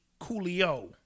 Coolio